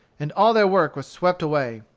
and all their works were swept away.